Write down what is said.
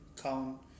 count